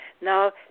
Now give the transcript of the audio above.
Now